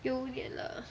有五年了